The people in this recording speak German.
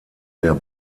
der